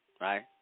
Right